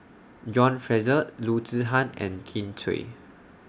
John Fraser Loo Zihan and Kin Chui